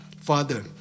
Father